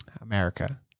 America